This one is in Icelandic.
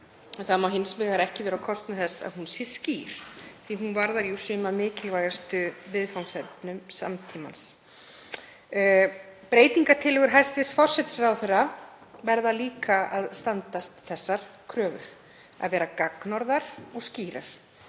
það má hins vegar ekki vera á kostnað þess að hún sé skýr, því hún varðar jú sum af mikilvægustu viðfangsefnum samtímans. Breytingartillögur hæstv. forsætisráðherra verða líka að standast þær kröfur, að vera gagnorðar og skýrar,